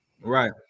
right